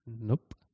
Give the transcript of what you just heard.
nope